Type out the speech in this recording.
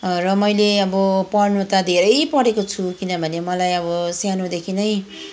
र मैले अब पढ्नु त धेरै पढेको छु किनभने मलाई अब सानोदेखि नै